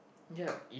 ya